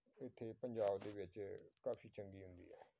ਇੱਥੇ ਪੰਜਾਬ ਦੇ ਵਿੱਚ ਕਾਫ਼ੀ ਚੰਗੀ ਹੁੰਦੀ ਹੈ